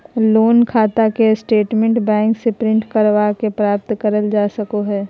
loan खाता के statement bank से प्रिंट करवा के प्राप्त करल जा सको हय